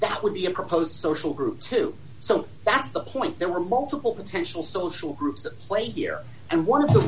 that would be a proposed social group too so that's the point there were multiple potential social groups in play here and one of th